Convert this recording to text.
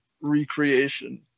recreation